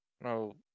No